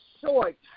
short